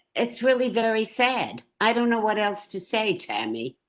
it's really very sad. i don't know what else to say. tammy.